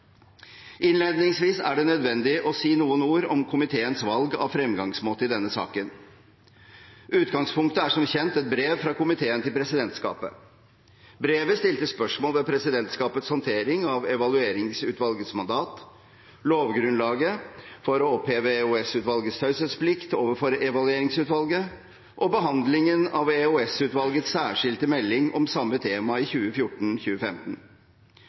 Innledningsvis er det nødvendig å si noen ord om komiteens valg av fremgangsmåte i denne saken. Utgangspunktet er som kjent et brev fra komiteen til presidentskapet. Brevet stilte spørsmål ved presidentskapets håndtering av Evalueringsutvalgets mandat, lovgrunnlaget for å oppheve EOS-utvalgets taushetsplikt overfor Evalueringsutvalget og behandlingen av EOS-utvalgets særskilte melding om samme tema i